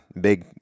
big